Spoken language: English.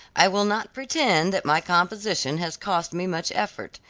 i will not pretend that my composition has cost me much effort.